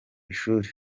ishuri